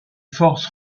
forces